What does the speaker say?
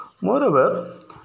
Moreover